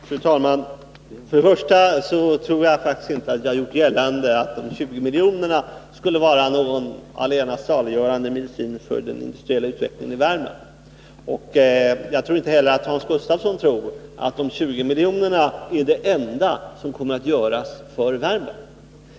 Fru talman! Först och främst tror jag faktiskt inte att jag har gjort gällande att de 20 miljonerna skulle vara någon allena saliggörande medicin för den industriella utvecklingen i Värmland. Jag tror inte heller att Hans Gustafsson utgår från att beviljandet av dessa 20 miljoner är det enda som kommer att göras för Värmland.